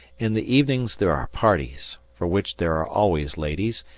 in the evenings there are parties, for which there are always ladies,